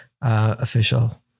official